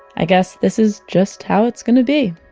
i guess this is just how it's gonna be.